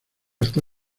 está